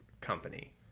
company